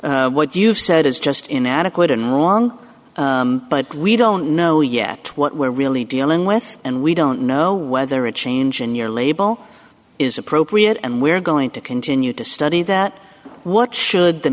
says what you've said is just inadequate and wrong but we don't know yet what we're really dealing with and we don't know whether a change in your label is appropriate and we're going to continue to study that what should the